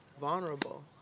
vulnerable